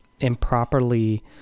improperly